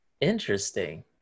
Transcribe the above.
interesting